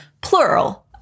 plural